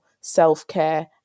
self-care